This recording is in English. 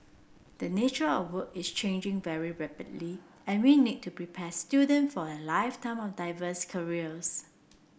the nature of work is changing very rapidly and we need to prepare student for a lifetime of diverse careers